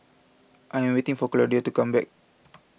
I am waiting for Claudio to come back